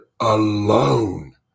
alone